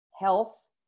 health